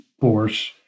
force